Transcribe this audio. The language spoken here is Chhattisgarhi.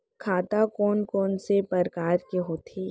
खाता कोन कोन से परकार के होथे?